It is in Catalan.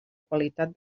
qualitat